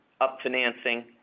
up-financing